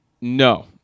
no